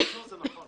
הייצוא, זה נכון.